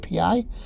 API